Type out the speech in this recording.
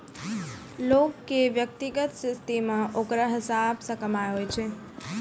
लोग के व्यक्तिगत स्थिति मे ओकरा हिसाब से कमाय हुवै छै